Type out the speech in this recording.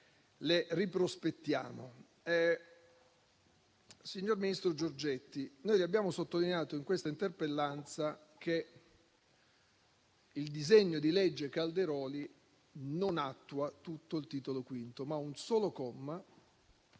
le riprospettiamo. Signor ministro Giorgetti, noi abbiamo sottolineato in questa interpellanza che il disegno di legge Calderoli non attua tutto il Titolo V della Costituzione, ma un solo comma